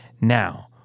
Now